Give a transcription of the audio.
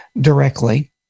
directly